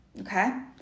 Okay